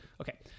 Okay